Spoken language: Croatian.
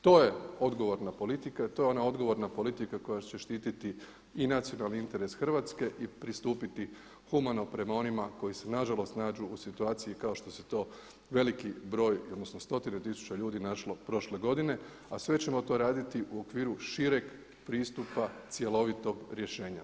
To je odgovorna politika, to je ona odgovorna politika koja će štiti i nacionalni interes Hrvatske i pristupiti humano prema onima koji se nažalost nađu u situaciji kao što se to veliki broj, odnosno stotine tisuća ljudi našlo prošle godine, a sve ćemo to raditi u okviru šireg pristupa cjelovitog rješenja.